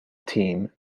team